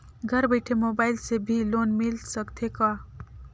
घर बइठे मोबाईल से भी लोन मिल सकथे का?